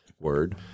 word